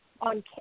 on